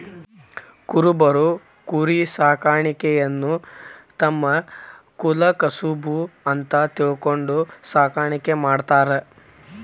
ಕುರಬರು ಕುರಿಸಾಕಾಣಿಕೆಯನ್ನ ತಮ್ಮ ಕುಲಕಸಬು ಅಂತ ತಿಳ್ಕೊಂಡು ಸಾಕಾಣಿಕೆ ಮಾಡ್ತಾರ